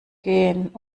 gehen